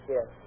Yes